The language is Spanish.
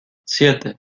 siete